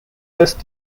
west